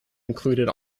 included